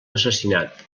assassinat